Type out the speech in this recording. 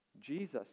Jesus